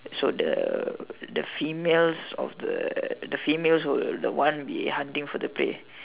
so the the females of the the females would the one be hunting for the prey